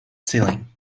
ceiling